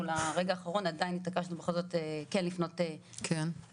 לרגע האחרון אז עדיין התעקשנו כן לפנות למעסיקים.